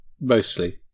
mostly